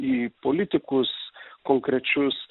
į politikus konkrečius